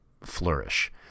flourish